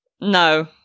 No